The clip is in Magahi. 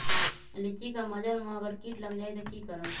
लिचि क मजर म अगर किट लग जाई त की करब?